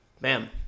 Bam